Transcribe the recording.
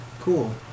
Cool